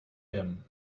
him